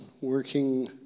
working